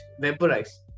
vaporize